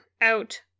out